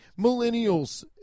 millennials